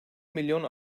milyon